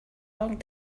long